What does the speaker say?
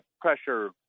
pressure